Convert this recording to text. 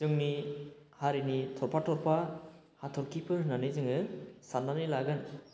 जोंनि हारिनि थरफा थरफा हाथरखिफोर होन्नानै जोङो सान्नानै लागोन